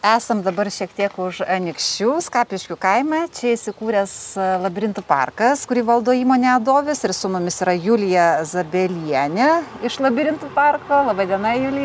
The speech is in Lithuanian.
esam dabar šiek tiek už anykščių skapiškio kaime čia įsikūręs labirintų parkas kurį valdo įmonė adovis ir su mumis yra julija zabielienė iš labirintų parko laba diena julija